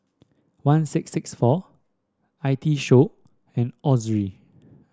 one six six four I T Show and Ozi